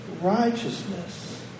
righteousness